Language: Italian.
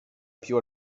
più